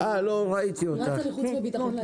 אני רצה לוועדת חוץ וביטחון.